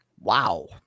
Wow